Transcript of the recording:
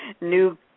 new